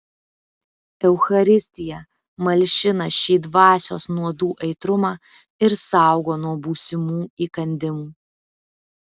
eucharistija malšina šį dvasios nuodų aitrumą ir saugo nuo būsimų įkandimų